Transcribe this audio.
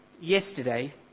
Yesterday